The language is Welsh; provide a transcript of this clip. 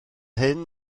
hyn